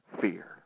fear